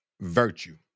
virtue